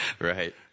right